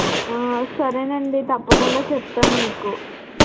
సరేనండీ తప్పకుండా చెప్తాన్ మీకు